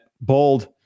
bold